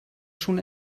schon